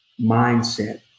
mindset